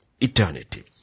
eternity